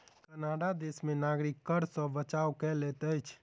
Canada देश में नागरिक कर सॅ बचाव कय लैत अछि